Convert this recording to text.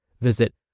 Visit